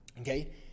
Okay